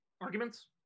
Arguments